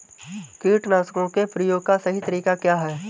कीटनाशकों के प्रयोग का सही तरीका क्या है?